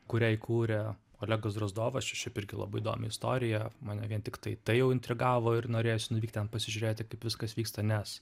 kurią įkūrė olegas drozdovas čia šiaip irgi labai įdomi istorija mane vien tiktai tai jau intrigavo ir norėjosi nuvykt ten pasižiūrėti kaip viskas vyksta nes